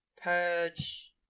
Purge